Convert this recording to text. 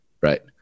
right